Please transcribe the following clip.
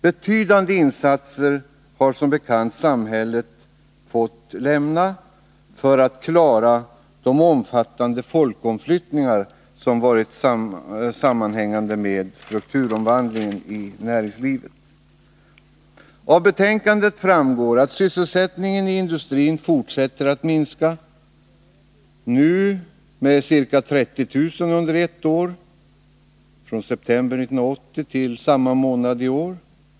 Betydande insatser har samhället som bekant fått lämna för att klara de omfattande folkomflyttningar som hängt samman med strukturomvandlingen i näringslivet. Av betänkandet framgår att sysselsättningen i industrin fortsätter att minska — nu med ca 30 000 under ett år, från september 1980 till samma månad i år.